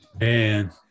Man